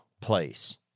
place